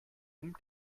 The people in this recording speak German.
ihm